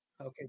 Okay